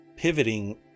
pivoting